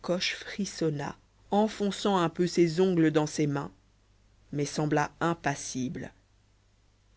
coche frissonna enfonça un peu ses ongles dans ses mains mais sembla impassible